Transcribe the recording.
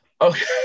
Okay